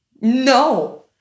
No